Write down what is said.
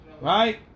Right